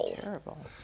Terrible